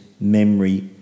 memory